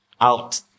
out